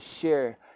share